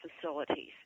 facilities